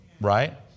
Right